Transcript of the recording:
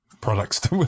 Products